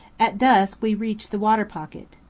at dusk we reach the water pocket.